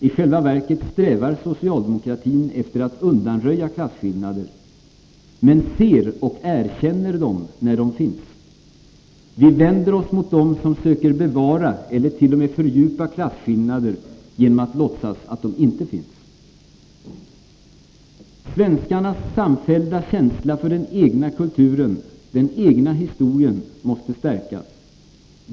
I själva verket strävar socialdemokratin efter att undanröja klasskillnader, men ser och erkänner dem när de finns. Vi vänder oss mot dem som söker bevara eller t.o.m. fördjupa klasskillnader genom att låtsas att de inte finns. Svenskarnas samfällda känsla för den egna kulturen, den egna historien, måste stärkas.